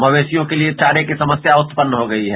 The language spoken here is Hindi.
मंदेरियो के लिए चारे की समस्या उत्पन्न हो गयी है